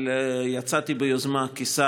אבל יצאתי ביוזמה, כשר